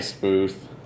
Booth